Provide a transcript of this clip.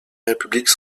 république